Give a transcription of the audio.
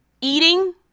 eating